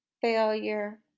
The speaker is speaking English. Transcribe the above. failure